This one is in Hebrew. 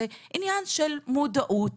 זה עניין של מודעות